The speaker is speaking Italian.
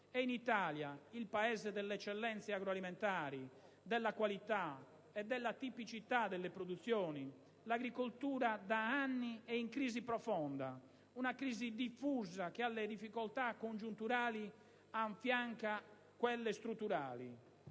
E in Italia, il Paese delle eccellenze agroalimentari, della qualità e della tipicità delle produzioni, l'agricoltura da anni è in crisi profonda, una crisi diffusa che alle difficoltà congiunturali affianca quelle strutturali.